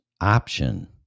option